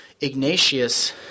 Ignatius